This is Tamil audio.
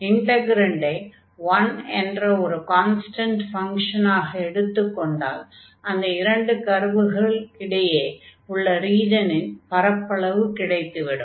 இன்டக்ரன்டை 1 என்ற ஒரு கான்ஸ்டன்ட் ஃபங்ஷன் ஆக எடுத்துக் கொண்டால் அந்த இரண்டு கர்வுகளுக்கு இடையே உள்ள ரீஜனின் பரப்பளவு கிடைத்து விடும்